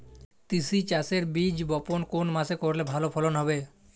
তিসি চাষের বীজ বপন কোন মাসে করলে ভালো ফলন হবে?